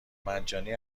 مجانی